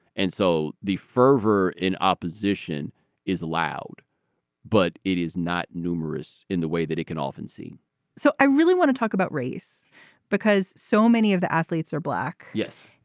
and so the fervor in opposition is loud but it is not numerous in the way that it can often see so i really want to talk about race because so many of the athletes are black. yes.